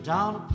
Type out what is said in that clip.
Down